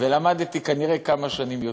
ולמדתי כנראה כמה שנים יותר.